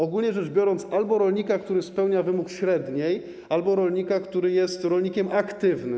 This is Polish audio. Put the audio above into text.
Ogólnie rzecz biorąc albo rolnika, który spełnia wymóg średniej, albo rolnika, który jest rolnikiem aktywnym.